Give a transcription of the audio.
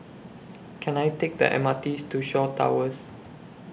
Can I Take The MRT's to Shaw Towers